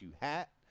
hat